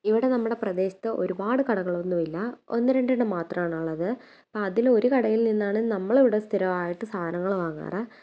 ഇവിടെ നമ്മുടെ പ്രദേശത്ത് ഒരുപാട് കടകളൊന്നുമില്ല ഒന്ന് രണ്ടെണ്ണം മാത്രമാണ് ഉള്ളത് അതിൽ ഒരു കടയിൽ നിന്നാണ് നമ്മളിവിടെ സ്ഥിരമായിട്ട് സാധങ്ങൾ വാങ്ങാറ്